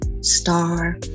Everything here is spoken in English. star